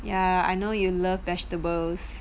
yeah I know you love vegetables